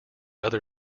other